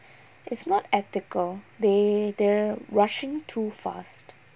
it's not ethical they they're rushing too fast